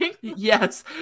yes